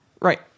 Right